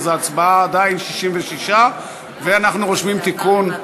ההצבעה עדיין 66, ואנחנו רושמים תיקון,